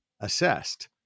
assessed